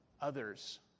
others